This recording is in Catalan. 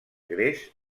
gres